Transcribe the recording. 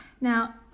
Now